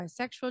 Bisexual